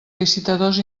licitadors